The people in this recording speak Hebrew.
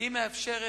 הם מאפשרים